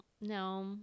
no